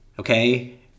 Okay